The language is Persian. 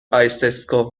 آیسِسکو